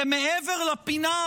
כי מעבר לפינה,